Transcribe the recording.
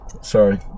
Sorry